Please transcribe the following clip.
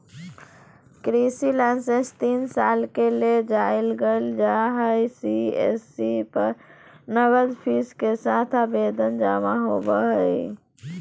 कृषि लाइसेंस तीन साल के ले जारी करल जा हई सी.एस.सी पर नगद फीस के साथ आवेदन जमा होवई हई